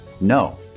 no